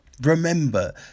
remember